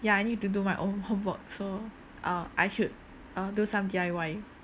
ya I need to do my own homework so uh I should uh do some D_I_Y